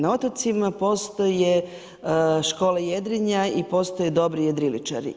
Na otocima postoje škole jedrenja i postoje dobri jedriličari.